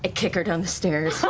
ah kick her down the stairs, so